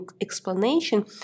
explanation